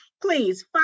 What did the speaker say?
please